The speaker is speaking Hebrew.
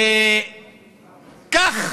וכך